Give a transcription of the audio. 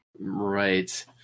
Right